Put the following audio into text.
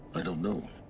i don't know